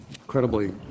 incredibly